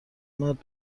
مرد